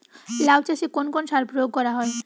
লাউ চাষে কোন কোন সার প্রয়োগ করা হয়?